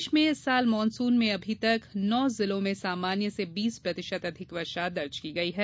प्रदेश में इस साल मॉनसून में अभी तक नो जिलों में सामान्य से बीस प्रतिशत अधिक वर्षा दर्ज की गई है